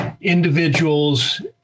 individuals